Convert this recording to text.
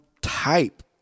type